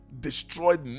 destroyed